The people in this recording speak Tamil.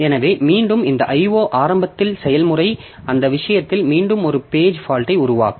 எனவே மீண்டும் இந்த IO ஆரம்பித்த செயல்முறை அந்த விஷயத்தில் மீண்டும் ஒரு பேஜ் பால்ட்யை உருவாக்கும்